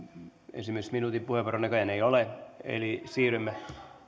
esimerkiksi minuutin puheenvuoroon näköjään ei ole eli siirrymme